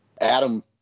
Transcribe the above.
Adam